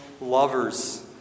lovers